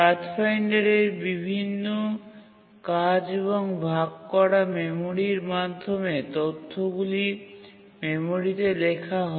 পাথফাইন্ডারে বিভিন্ন কাজ এবং ভাগ করা মেমরির মাধ্যমে তথ্যগুলি মেমরিতে লেখা হয়